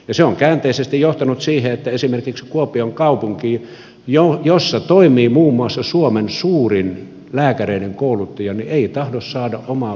se on käänteisesti johtanut siihen että esimerkiksi kuopion kaupunki jossa toimii muun muassa suomen suurin lääkäreiden kouluttaja ei tahdo saada omaa perusterveydenhuoltoaan toimimaan